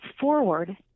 forward